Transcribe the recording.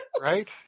Right